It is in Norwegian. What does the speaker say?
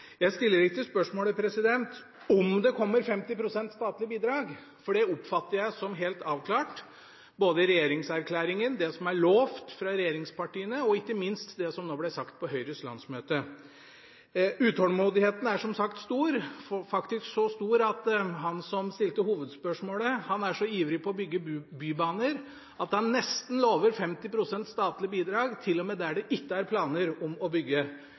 Jeg stiller ikke spørsmål om hvorvidt det kommer 50 pst. statlig bidrag, for det oppfatter jeg som helt avklart, både i regjeringsærklæringen og i det som er lovt fra regjeringspartienes side – ikke minst det som ble sagt på Høyres landsmøte. Utålmodigheten er som sagt stor, faktisk så stor at han som stilte hovedspørsmålet, er så ivrig etter å bygge bybaner at han nesten lover 50 pst. statlig bidrag til og med der det ikke er planer om å bygge